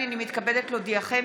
הינני מתכבדת להודיעכם,